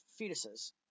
fetuses